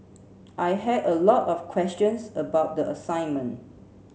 I had a lot of questions about the assignment